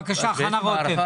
בבקשה, חנה רותם.